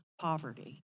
poverty